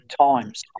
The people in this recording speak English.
times